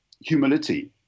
humility